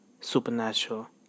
supernatural